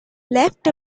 left